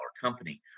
company